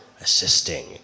assisting